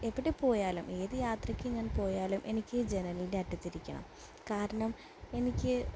എപ്പട്ടി പോയാലും ഏതു യാത്രയ്ക്ക് ഞാൻ പോയാലും എനിക്ക് ഈ ജനലിൻ്റെ അറ്റത്തിരിക്കണം കാരണം എനിക്ക്